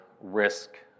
risk